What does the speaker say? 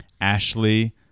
Ashley